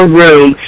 room